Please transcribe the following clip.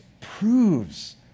proves